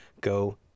go